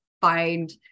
find